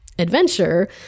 adventure